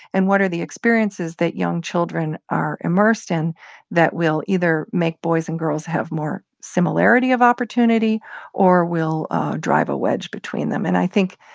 and what are the experiences that young children are immersed in that will either make boys and girls have more similarity of opportunity or will drive a wedge between them. and i think,